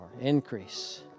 Increase